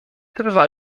trwa